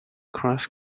cross